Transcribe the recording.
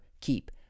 keep